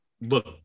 look